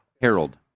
Harold